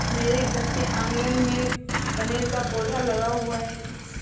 मेरे घर के आँगन में कनेर का पौधा लगा हुआ है